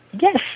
Yes